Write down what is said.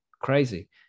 crazy